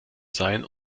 sein